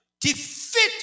defeat